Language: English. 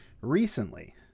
recently